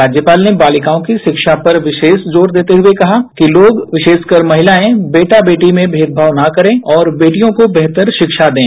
राज्यपाल ने बालिकाओं की शिक्षा पर विवेश जोर देते हुए कहा कि लोग विषेशकर महिलाएं बेटा बेटी में भेदभाव न करें और बेटियों को बेहतर शिक्षा दें